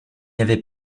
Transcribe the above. avait